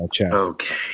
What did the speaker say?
okay